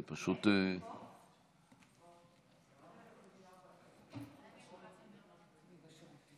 זה פשוט, אולי אני יכולה לדבר בינתיים?